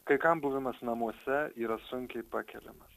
kai kam buvimas namuose yra sunkiai pakeliamas